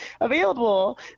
available